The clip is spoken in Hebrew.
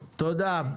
תודה.